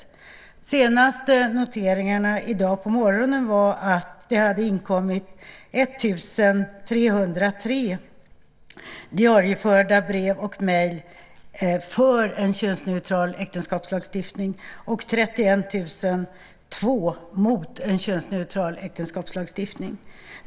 De senaste noteringarna i dag på morgonen var att det hade inkommit 1 303 diarieförda brev och mejl för en könsneutral äktenskapslagstiftning och 31 002 mot en könsneutral äktenskapslagstiftning.